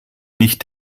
nicht